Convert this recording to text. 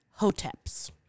HOTEPs